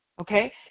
okay